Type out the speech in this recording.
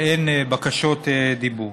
ואין בקשות דיבור.